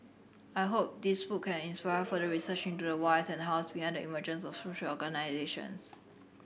I hope this book can inspire further research into the whys and the hows behind the emergence of social organisations